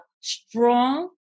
strong